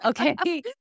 Okay